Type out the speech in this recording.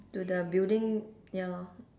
to the building ya lor